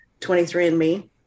23andMe